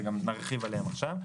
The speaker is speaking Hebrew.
וגם נרחיב עליהם עכשיו.